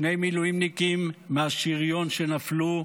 שני מילואימניקים מהשריון נפלו,